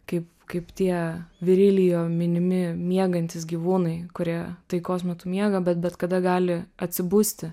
kaip kaip tie virilijo minimi miegantys gyvūnai kurie taikos metu miega bet bet kada gali atsibusti